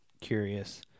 curious